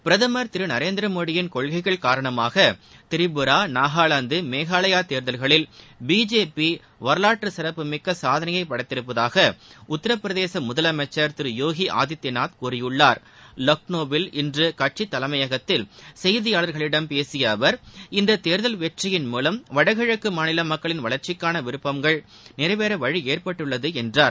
பிரதமர் திரு நரேந்திர மோடியின் கொள்கைகள் காரணமாக திரிபுரா நாகாலாந்து மேகாலயா தேர்தல்களில் பிஜேபி வரவாற்றுச் சிறப்புமிக்க சாதனையை படைத்திருப்பதாக உத்தரப்பிரதேச முதலமைச்சர் திரு யோகி ஆதித்யநாத் கூறியுள்ளார் லக்ளோவில் இன்று கட்சித் தலைமையகத்தில் செய்தியாளர்களிடம் பேசிய அவர் இந்தத் தேர்தல் வெற்றியின் மூவம் வடகிழக்கு மாநில மக்களின் வளர்க்சிக்கான விருப்பங்கள் நிறைவேற வழி ஏற்பட்டுள்ளது என்றார்